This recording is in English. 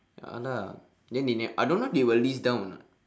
a'ah lah then they ne~ I don't know they will list down or not